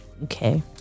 Okay